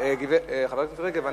חברת הכנסת רגב,